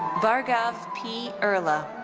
bhargav p. earla.